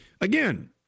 Again